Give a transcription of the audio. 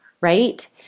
right